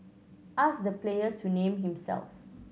ask the player to name himself